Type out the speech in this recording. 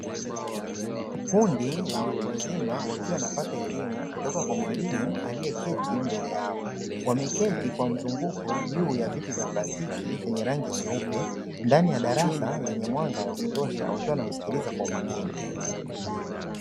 Kikundi la watu wazima wakiwa wanapata elimu kutoka kwa mwalimu aliyeketi mbele yao, wameketi kwa mzunguko juu ya vitu vya plastiki vyenye rangi nyeupe ndani ya darasa lenye mwanga wa kutosha wakiwa wanamsikiliza kwa umakini.